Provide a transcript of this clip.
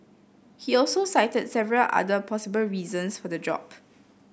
he also cited several other possible reasons for the drop